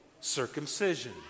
Circumcision